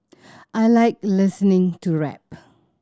I like listening to rap